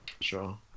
Sure